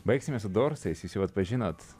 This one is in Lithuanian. baigsime su dorsais jūs jau atpažinot